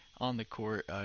on-the-court